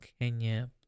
Kenya